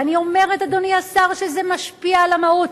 ואני אומרת, אדוני השר, שזה משפיע על המהות.